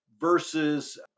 versus